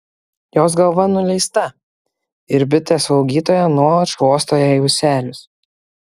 jos galva nuleista ir bitė slaugytoja nuolat šluosto jai ūselius